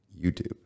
YouTube